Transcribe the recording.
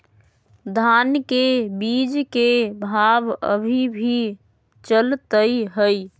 धान के बीज के भाव अभी की चलतई हई?